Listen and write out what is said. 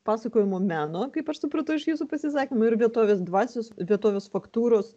pasakojimo meno kaip aš supratau iš jūsų pasisakymų ir vietovės dvasios vietovės faktūros